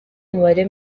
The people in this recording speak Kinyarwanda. umubare